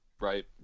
Right